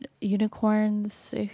unicorns